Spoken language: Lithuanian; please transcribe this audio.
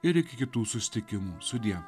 ir kitų susitikimų sudie